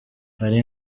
hari